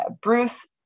Bruce